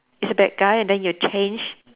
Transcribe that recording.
it's a bad guy and then you change